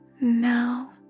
Now